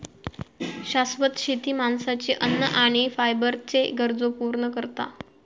शाश्वत शेती माणसाची अन्न आणि फायबरच्ये गरजो पूर्ण करता